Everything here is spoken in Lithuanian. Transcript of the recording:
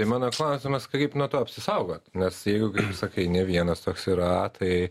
tai mano klausimas kaip nuo to apsisaugot nes jeigu kaip sakai ne vienas toks yra tai